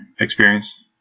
experience